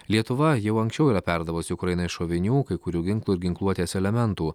lietuva jau anksčiau yra perdavusi ukrainai šovinių kai kurių ginklų ir ginkluotės elementų